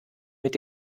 mit